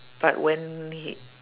but when he